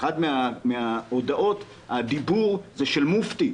באמת מההודעות מדבר מופתי,